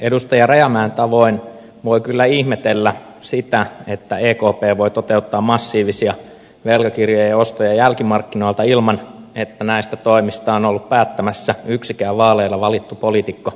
edustaja rajamäen tavoin voi kyllä ihmetellä sitä että ekp voi toteuttaa massiivisia velkakirjoja ja ostoja jälkimarkkinoilta ilman että näistä toimista on ollut päättämässä yksikään vaaleilla valittu poliitikko